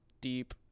deep